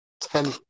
ten